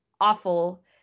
awful